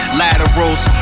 laterals